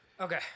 Okay